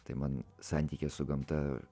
tai man santykis su gamta